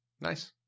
Nice